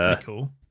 cool